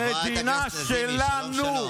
המדינה שלנו.